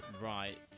Right